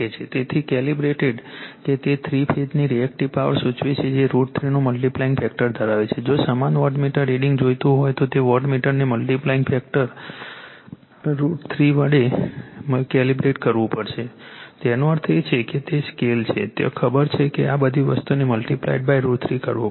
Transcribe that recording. તેથી કેલિબ્રેટેડ કે તે થ્રી ફેઝની રિએક્ટિવ પાવર સૂચવે છે જે √ 3 નું મલ્ટીપ્લાઇંગ ફેક્ટર ધરાવે છે જો સમાન વોટમીટર રીડિંગ જોઈતું હોય તો તે વોટમીટરને મલ્ટીપ્લાઇંગ ફેક્ટર √ 3 વડે કેલિબ્રેટ કરવું પડશે તેનો અર્થ એ છે કે તે સ્કેલ છે ત્યાં ખબર છે કે આ બધી વસ્તુને મલ્ટીપ્લાઇડ બાય √ 3 કરવો પડશે